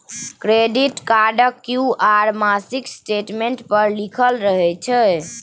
credit कार्डक due date मासिक statement पर लिखल रहय छै